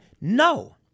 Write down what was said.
no